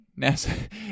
nasa